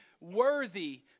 worthy